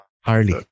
Harley